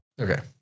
Okay